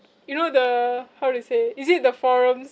you know the how to say is it the forums